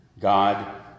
God